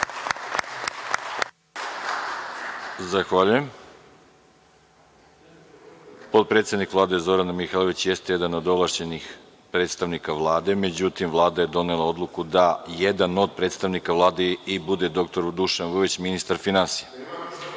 Zahvaljujem. Potpredsednik Vlade Zorana Mihajlović jeste jedan od ovlašćenih predstavnika Vlade, međutim Vlada je donela odluku da jedan od predstavnika Vlade bude dr Dušan Vujović, ministar finansija. Kao